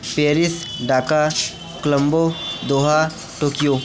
Paris Dhaka Colombo Doha Tokyo